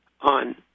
on